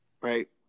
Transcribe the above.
right